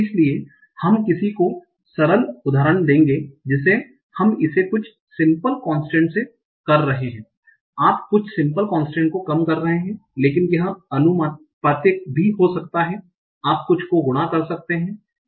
इसलिए हम किसी को सरल उदाहरण देंगे जिसे हम इसे कुछ सिम्पल कोंस्टंट से कर रहे हैं आप कुछ सिम्पल कोंस्टंट को कम कर रहे हैं लेकिन यह आनुपातिक भी हो सकता है आप कुछ को गुणा कर सकते हैं संदर्भ समय 3135